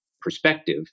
perspective